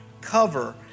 cover